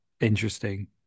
interesting